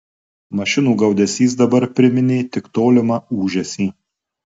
mašinų gaudesys dabar priminė tik tolimą ūžesį